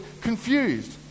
confused